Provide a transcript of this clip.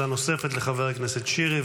שאלה נוספת לחבר הכנסת שירי,